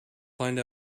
find